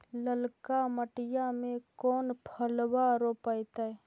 ललका मटीया मे कोन फलबा रोपयतय?